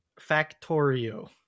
factorio